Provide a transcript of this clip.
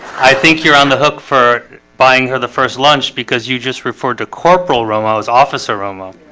i think you're on the hook for buying her the first lunch because you just referred to corporal romo as officer romo